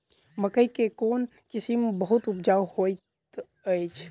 मकई केँ कोण किसिम बहुत उपजाउ होए तऽ अछि?